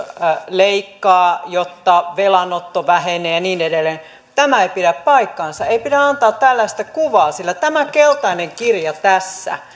leikkaa jotta velanotto vähenee ja niin edelleen tämä ei pidä paikkaansa ei pidä antaa tällaista kuvaa sillä tämä keltainen kirja tässä